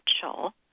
potential